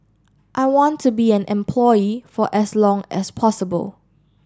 I want to be an employee for as long as possible